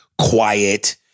quiet